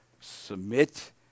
submit